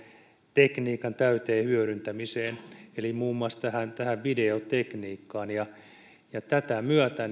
tekniikan täyteen hyödyntämiseen eli muun muassa videotekniikkaan ja ja tätä myötä